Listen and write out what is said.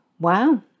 wow